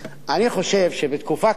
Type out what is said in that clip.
אני חושב שבתקופה כזו,